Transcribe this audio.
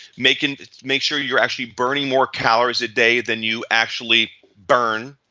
make and make sure you're actually burning more calories a day than you actually burn,